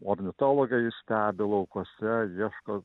ornitologai stebi laukuose ieško